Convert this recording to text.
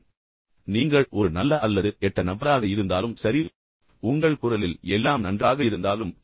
எனவே நீங்கள் ஒரு நல்ல நபராக இருந்தாலும் சரி கெட்ட நபராக இருந்தாலும் சரி உங்கள் குரலில் எல்லாம் நன்றாக இருந்தாலும் ஏ